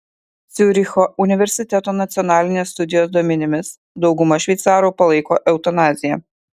ciuricho universiteto nacionalinės studijos duomenimis dauguma šveicarų palaiko eutanaziją